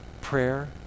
prayer